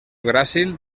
gràcil